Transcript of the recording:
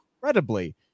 incredibly